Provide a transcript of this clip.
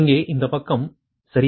இங்கே இந்தப் பக்கம் சரியா